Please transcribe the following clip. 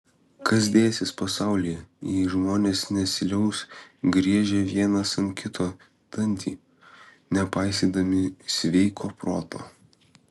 kas dėsis pasaulyje jei žmonės nesiliaus griežę vienas ant kito dantį nepaisydami sveiko proto